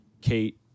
Kate